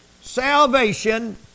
Salvation